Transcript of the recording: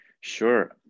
Sure